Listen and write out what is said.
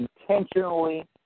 intentionally